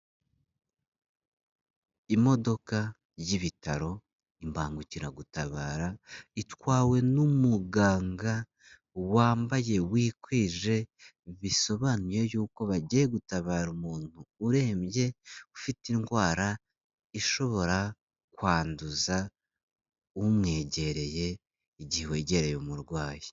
Imodoka y'ibitaro, imbangukiragutabara, itwawe n'umuganga, wambaye, wikwije bisobanuye y'uko bagiye gutabara umuntu urembye, ufite indwara, ishobora, kwanduza, umwegereye, igihe wegereye umurwayi.